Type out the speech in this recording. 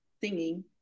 singing